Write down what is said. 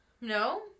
No